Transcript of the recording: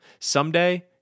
Someday